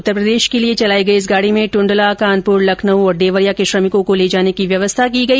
उत्तरप्रदेश के लिए चलाई गई इस गाडी में टूंडला कानपुर लखनऊ और देवरिया के श्रमिकों को ले जाने की व्यवस्था की गई